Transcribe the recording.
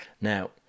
Now